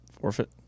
forfeit